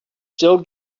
still